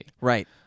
Right